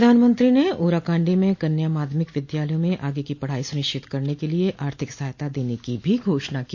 प्रधानमंत्री ने ओराकांडी में कन्या माध्यमिक विद्यालयों में आगे की पढ़ाई सुनिश्चित करने के लिए आर्थिक सहायता देने की भी घोषणा की